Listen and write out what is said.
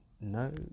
no